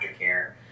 aftercare